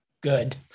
good